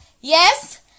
Yes